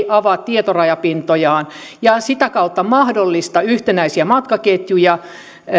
avaa tietorajapintojaan ja sitä kautta mahdollista yhtenäisiä matkaketjuja